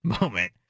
moment